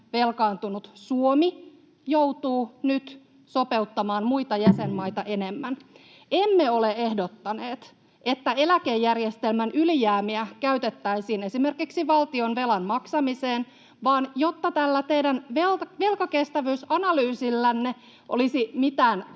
velkaantunut Suomi joutuu nyt sopeuttamaan muita jäsenmaita enemmän. Emme ole ehdottaneet, että eläkejärjestelmän ylijäämiä käytettäisiin esimerkiksi valtionvelan maksamiseen, vaan jotta tässä teidän velkakestävyysanalyysissanne olisi mitään